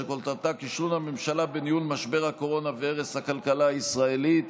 שכותרתה: כישלון הממשלה בניהול משבר הקורונה והרס הכלכלה הישראלית.